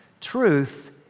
Truth